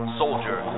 soldier